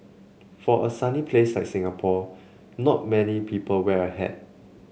for a sunny place like Singapore not many people wear a hat